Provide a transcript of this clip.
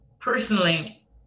Personally